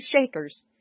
shakers